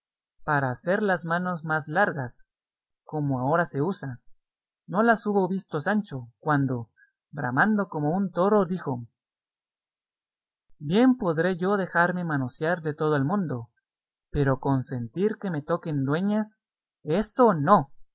para hacer las manos más largas como ahora se usa no las hubo visto sancho cuando bramando como un toro dijo bien podré yo dejarme manosear de todo el mundo pero consentir que me toquen dueñas eso no